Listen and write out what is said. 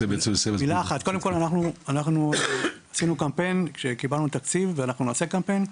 אנחנו עשינו קמפיין כשקיבלנו תקציב ואנחנו נעשה קמפיין נוסף.